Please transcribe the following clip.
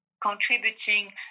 contributing